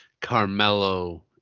Carmelo